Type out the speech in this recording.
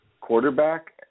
quarterback